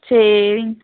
சரிங்க